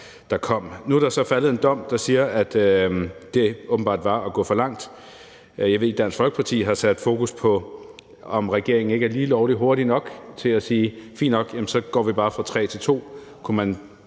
der kom. Nu er der så faldet en dom, der siger, at det åbenbart var at gå for langt. Jeg ved, at Dansk Folkeparti har sat fokus på, om regeringen ikke er lige lovlig hurtig nok til at sige: Fint nok, så går vi bare fra 3 til 2. Kunne man